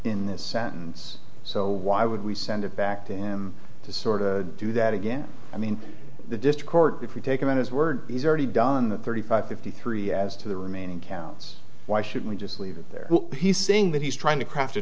this sentence so why would we send it back to him to sort of do that again i mean the dischord if we take him at his word he's already done that thirty five fifty three as to the remaining counts why should we just leave it there he's saying that he's trying to craft a